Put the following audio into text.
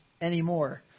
anymore